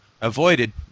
avoided